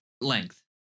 length